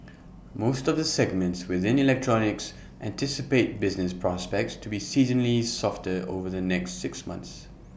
most of the segments within electronics anticipate business prospects to be seasonally softer over the next six months